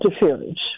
interference